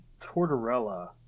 Tortorella